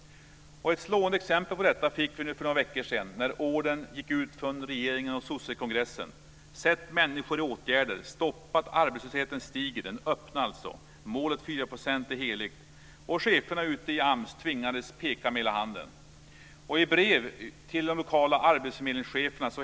Ett slående exempel på detta fick vi för några veckor sedan när ordern gick ut från regeringen och sossekongressen: Sätt människor i åtgärder, stoppa ökningen av den öppna arbetslösheten. Målet 4 % är heligt. Och cheferna ute i AMS tvingades att peka med hela handen. Man skrev brev till de lokala arbetsförmedlingscheferna.